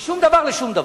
בין שום דבר לשום דבר.